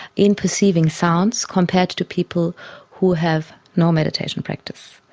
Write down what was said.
in perceiving sounds compared to people who have no meditation practice.